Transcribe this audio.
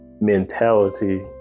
mentality